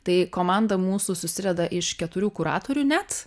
tai komanda mūsų susideda iš keturių kuratorių net